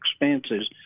expenses